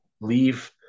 leave